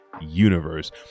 Universe